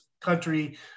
country